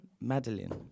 Madeline